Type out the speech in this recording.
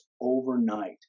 overnight